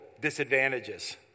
disadvantages